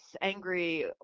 angry